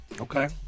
Okay